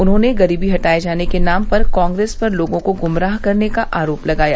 उन्होंने गरीबी हटाये जाने के नाम पर कांग्रेस पर लोगों को गुमराह करने का अरोप लगाया